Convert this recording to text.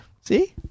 See